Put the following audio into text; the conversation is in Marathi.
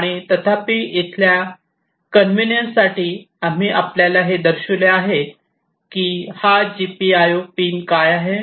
आणि तथापि इथल्या कॉन्वेंईन्स साठी आम्ही आपल्याला हे दर्शविले आहे की हा जीपीआयओ पिन काय आहे